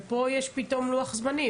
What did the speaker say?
ופה יש פתאום לוח זמנים,